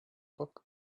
book